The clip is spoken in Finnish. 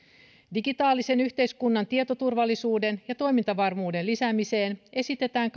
digitaalisen yhteiskunnan tietoturvallisuuden ja toimintavarmuuden lisäämiseen esitetään